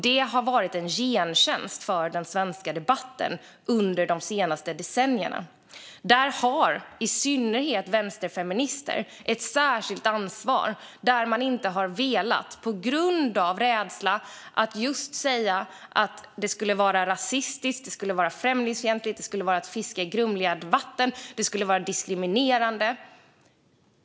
Det har varit en otjänst för den svenska debatten under de senaste decennierna. Där har i synnerhet vänsterfeminister ett särskilt ansvar. Man har inte velat ta upp detta på grund av en rädsla för att det skulle vara rasistiskt, främlingsfientligt och diskriminerande och att det skulle vara att fiska i grumliga vatten.